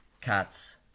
cats